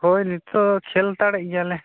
ᱦᱳᱭ ᱱᱤᱛᱳᱜ ᱠᱷᱮᱹᱞ ᱦᱟᱛᱟᱲᱮᱫ ᱜᱮᱭᱟᱞᱮ